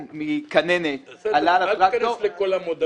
מכננת --- אל תיכנס לכל המודלים.